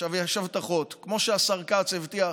עכשיו, יש הבטחות: כמו שהשר כץ הבטיח